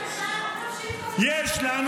חברים